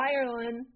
Ireland